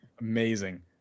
Amazing